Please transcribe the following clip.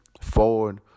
forward